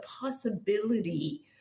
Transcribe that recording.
possibility